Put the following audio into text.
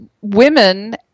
women